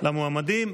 למועמדים,